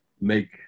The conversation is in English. make